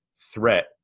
threat